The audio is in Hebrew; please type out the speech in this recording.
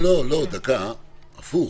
הפוך,